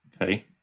okay